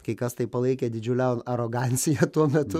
kai kas tai palaikė didžiule arogancija tuo metu